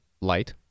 light